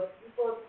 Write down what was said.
people